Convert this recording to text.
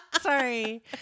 Sorry